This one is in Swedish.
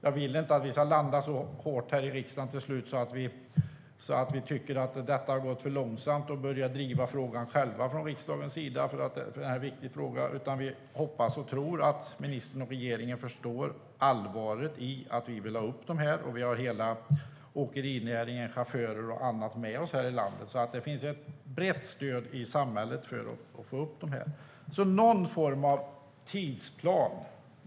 Jag vill inte att vi till slut ska landa så hårt här i riksdagen att vi tycker att detta har gått för långsamt så att vi i riksdagen själva börjar driva denna viktiga fråga. Vi hoppas och tror att ministern och regeringen förstår allvaret i att vi vill ha dessa alkobommar på plats. Vi har hela åkerinäringen, chaufförer och andra här i landet med oss. Det finns alltså ett brett stöd i samhället för att få dem på plats. Kan ministern ange någon form av tidsplan?